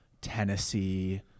Tennessee